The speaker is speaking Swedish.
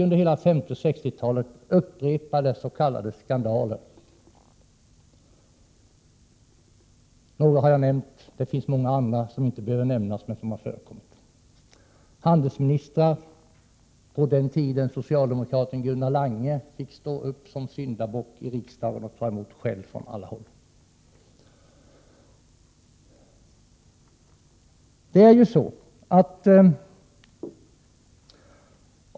Under hela 50 och 60-talen fick vi upprepade s.k. skandaler. Några har jag nämnt. Det finns många andra som inte behöver nämnas men som har förekommit. Handelsministern, på den tiden socialdemokraten Gunnar Lange, fick stå upp som syndabock i riksdagen och ta emot skäll från alla håll.